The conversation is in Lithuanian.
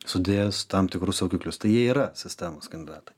sudėjus tam tikrus saugiklius tai jie yra sistemos kandidatai